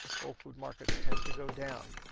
whole food markets tends to go down.